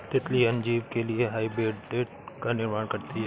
तितली अन्य जीव के लिए हैबिटेट का निर्माण करती है